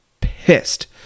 pissed